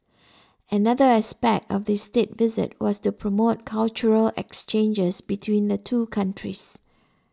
another aspect of this State Visit was to promote cultural exchanges between the two countries